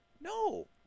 No